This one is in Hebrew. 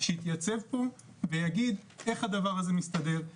שיתייצב פה ויגיד איך הדבר הזה מסתדר,